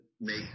make